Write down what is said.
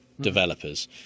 developers